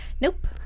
Nope